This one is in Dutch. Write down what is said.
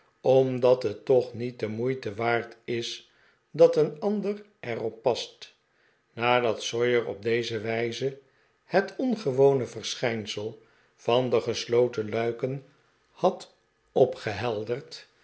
omdat het toch niet de moeite waard is dat een ander er op past jjjadat sawyer op deze wijze het ongewone verschijnsel van de gesloten luiken had